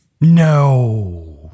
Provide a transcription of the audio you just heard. No